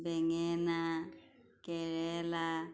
বেঙেনা কেৰেলা